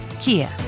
Kia